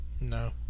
No